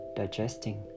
digesting